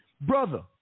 Brother